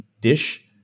dish